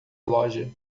loja